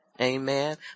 Amen